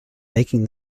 making